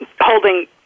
holding